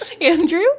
Andrew